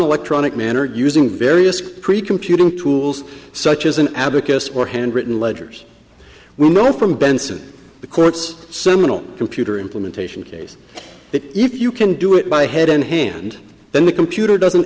electronic manner using various precomputing tools such as an abacus or handwritten ledgers we know from benson the court's seminal computer implementation case that if you can do it by head in hand then the computer doesn't